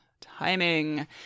timing